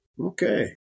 Okay